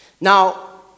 Now